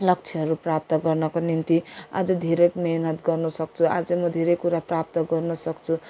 लक्ष्यहरू प्राप्त गर्नको निम्ति अझ धेरै मिहिनेत गर्नसक्छु अझ म धेरै कुरा प्राप्त गर्नसक्छु